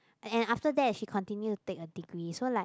and after that she continue to take a degree so like